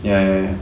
ya